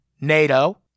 nato